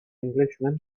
englishman